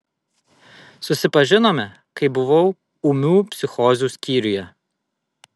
susipažinome kai buvau ūmių psichozių skyriuje